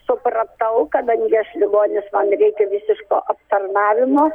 supratau kadangi aš ligonis man reikia visiško aptarnavimo